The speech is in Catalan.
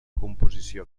composició